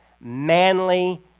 manly